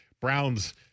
Browns